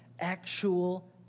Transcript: actual